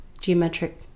geometric